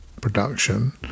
production